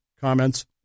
comments